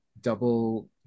double